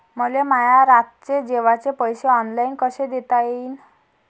मले माया रातचे जेवाचे पैसे ऑनलाईन कसे देता येईन?